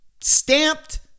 stamped